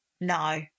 No